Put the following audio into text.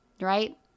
Right